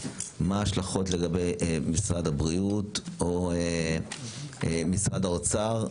מה ההשלכות לגבי משרד הבריאות או משרד האוצר,